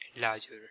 larger